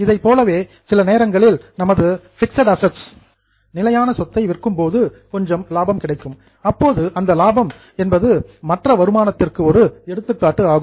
இதைப்போலவே சில நேரங்களில் நமது பிக்ஸட் அசெட் நிலையான சொத்தை விற்கும் போது கொஞ்சம் லாபம் கிடைக்கும் அப்போது அந்த லாபம் என்பது அதர் இன்கம் மற்ற வருமானத்திற்கு ஒரு எடுத்துக்காட்டு ஆகும்